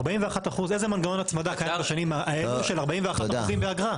איזה מנגנון הצמדה קיים בשנים האלו של 41% באגרה?